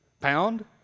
Pound